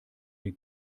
den